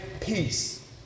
peace